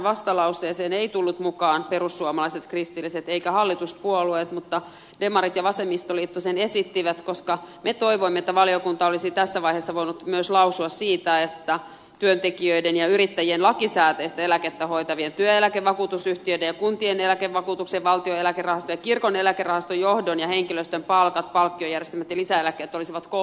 tähän vastalauseeseen eivät tulleet mukaan perussuomalaiset kristilliset eivätkä hallituspuolueet mutta demarit ja vasemmistoliitto sen esittivät koska me toivoimme että valiokunta olisi tässä vaiheessa voinut myös lausua siitä että työntekijöiden ja yrittäjien lakisääteistä eläkettä hoitavien työeläkevakuutusyhtiöiden ja kuntien eläkevakuutuksen valtion eläkerahaston ja kirkon eläkerahaston johdon ja henkilöstön palkat palkkiojärjestelmät ja lisäeläkkeet olisivat kohtuullisia